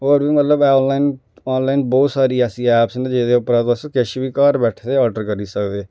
होर मतलब आनलाइन बहोत सारी ऐसी ऐपस न जेह्दे उप्परां किश बी घर बैठे दे आर्डर करी सकदे